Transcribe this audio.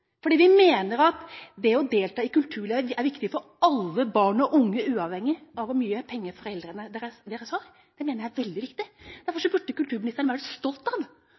Vi mener at det å delta i kulturliv, er viktig for alle barn og unge uavhengig av hvor mye penger foreldrene deres har. Det mener jeg er veldig viktig. Derfor burde kulturministeren være stolt av